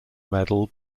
medal